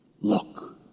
look